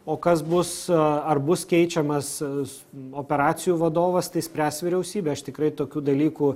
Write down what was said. o kas bus ar bus keičiamas operacijų vadovas tai spręs vyriausybė aš tikrai tokių dalykų